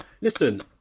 listen